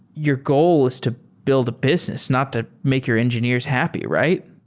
your goal is to build a business, not to make your engineers happy, right?